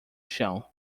chão